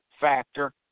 factor